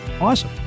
Awesome